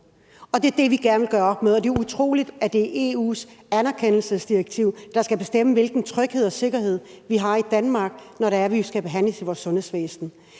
det er det, vi gerne vil gøre op med, og det er utroligt, at det er EU's anerkendelsesdirektiv, der skal bestemme, hvilken tryghed og sikkerhed vi har i Danmark, når vi skal behandles i vores sundhedsvæsen.